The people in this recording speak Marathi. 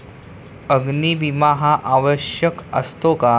अग्नी विमा हा आवश्यक असतो का?